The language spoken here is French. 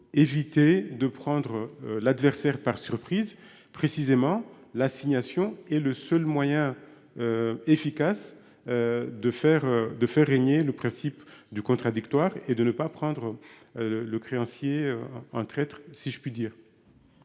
éviter de prendre l'adversaire par surprise précisément l'assignation et le seul moyen. Efficace. De faire de faire régner le principe du contradictoire et de ne pas prendre. Le créancier un traître, si je puis dire.